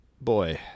Boy